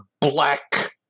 black